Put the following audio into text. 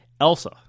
Elsa